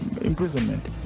imprisonment